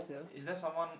is there someone